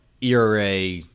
ERA